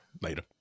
later